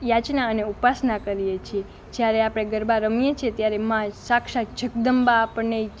યાચના અને ઉપાસના કરીએ છીએ જ્યારે આપણે ગરબા રમીએ છીએ ત્યારે મા સાક્ષાત જગદંબા આપણને